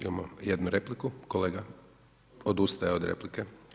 Imamo jednu repliku, kolega odustaje od replike.